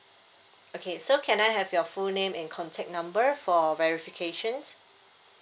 okay so can I have your full name and contact number for verifications